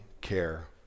care